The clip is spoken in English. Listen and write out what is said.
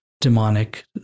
demonic